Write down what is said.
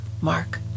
Mark